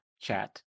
Chat